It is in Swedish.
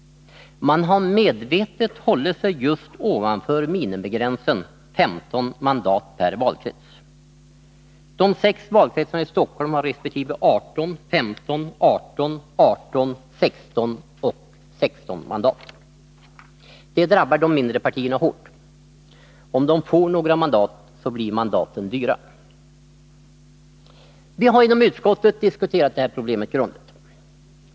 Man har medvetet hållit sig just ovanför minimigränsen 15 mandat per valkrets. De 6 valkretsarna i Stockholm har respektive 18, 15, 18, 18, 16 och 101 16 mandat. Detta drabbar de mindre partierna hårt — om de får några mandat, blir mandaten dyra. Vi har inom utskottet diskuterat detta problem grundligt.